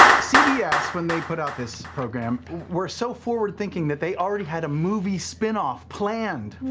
cbs when they put out this program were so forward-thinking that they already had a movie spin-off planned